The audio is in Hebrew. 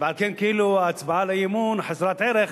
ועל כן כאילו ההצבעה על האי-אמון היא חסרת ערך,